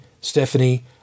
Stephanie